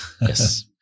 yes